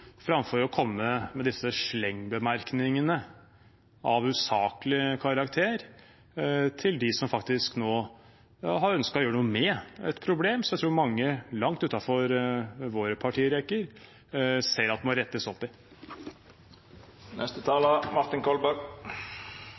framfor å komme med disse slengbemerkningene av usaklig karakter til dem som nå faktisk har ønsket å gjøre noe med et problem som jeg tror mange – langt utenfor våre partirekker – ser at må rettes opp i.